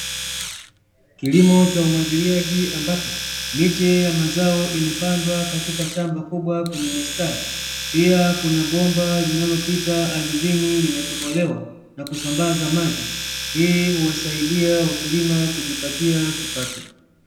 Kilimo cha umwagilliaji, ambapo miche ya mazao imepandwa katika shama kubwa kwenye mistari, pia kuna bomba kubwa linalopita ardhini, limetobolewa na kusambaza maji, hii huwasaidia wakulima kujipatia kipato.